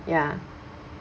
ya